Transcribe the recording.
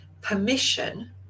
permission